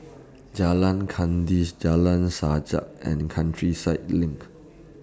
Jalan Kandis Jalan Sajak and Countryside LINK